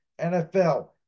NFL